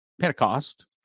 Pentecost